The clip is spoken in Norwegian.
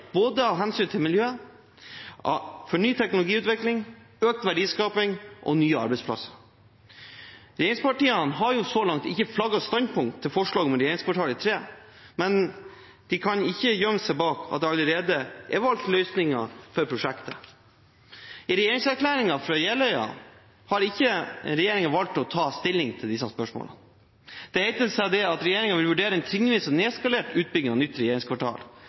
både miljøet, ny teknologiutvikling, økt verdiskaping og nye arbeidsplasser. Regjeringspartiene har så langt ikke flagget standpunkt når det gjelder forslaget om regjeringskvartal i tre, men de kan ikke gjemme seg bak at det allerede er valgt løsninger for prosjektet. I regjeringserklæringen fra Jeløya har ikke regjeringen valgt å ta stilling til disse spørsmålene. Det heter seg at regjeringen vil vurdere «en trinnvis og nedskalert utbygging av nytt regjeringskvartal».